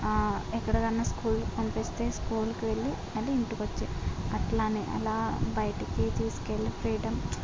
ఎక్కడికైనా స్కూల్కి పంపిస్తే స్కూల్కి వెళ్ళి మళ్ళీ ఇంటికి వచ్చే అట్లానే అలా బయటకి తీసుకు వెళ్ళి ఫ్రీడం